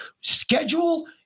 schedule